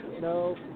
no